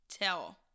tell